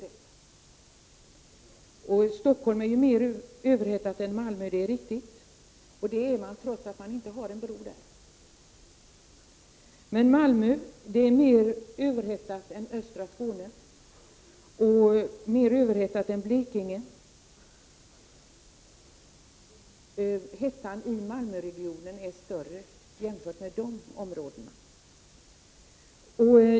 Det är riktigt att Stockholm är mer överhettat än Malmö, och det trots att man inte har en bro där. Men Malmö är mer överhettat än östra Skåne och Blekinge. Hettan i Malmöregionen är större än i de områdena.